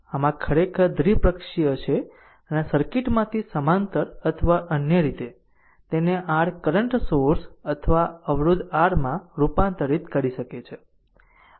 આમ આ ખરેખર દ્વિપક્ષીય છે આ સર્કિટમાંથી સમાંતર અથવા અન્ય રીતે તેને r કરંટ સોર્સ અથવા અવરોધ rમાં રૂપાંતરિત કરી શકે છે